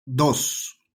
dos